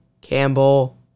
Campbell